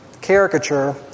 caricature